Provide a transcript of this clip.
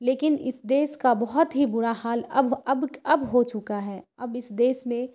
لیکن اس دیش کا بہت ہی برا حال اب اب ہو چکا ہے اب اس دیش میں